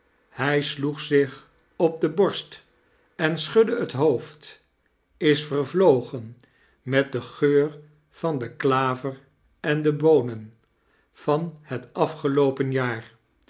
hij sloeg zich op de borst en schudde het hoofd is vervlogen met den geur van de klaver en de boonen van het afgeloopen jaar